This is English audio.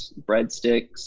breadsticks